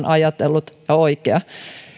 ajatellut ja oikea